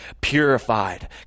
purified